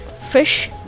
fish